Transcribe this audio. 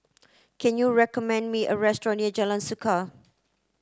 can you recommend me a restaurant near Jalan Suka